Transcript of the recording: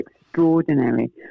extraordinary